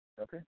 Okay